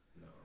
No